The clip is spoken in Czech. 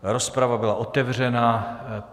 Rozprava byla otevřena.